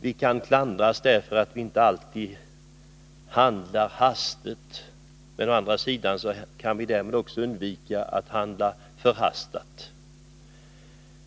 Vi kan klandras för att vi inte alltid handlat hastigt, men å andra sidan kan vi därmed också undvika att handla förhastat.